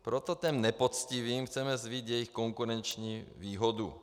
Proto těm nepoctivým chceme vzít jejich konkurenční výhodu.